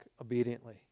obediently